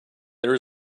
there